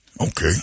Okay